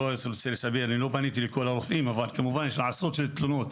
לא פניתי לכל הרופאים אבל כמובן יש עשרות תלונות